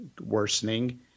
worsening